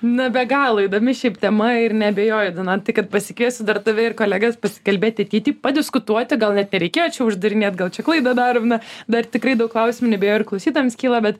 na be galo įdomi šiaip tema ir neabejoju donatai kad pasikviesiu dar tave ir kolegas pasikalbėti ateity padiskutuoti gal net nereikėjo čia uždarinėt gal čia klaidą darom na dar tikrai daug klausimų neabejoju ir klausytojams kyla bet